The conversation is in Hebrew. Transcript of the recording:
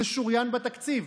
זה שוריין בתקציב.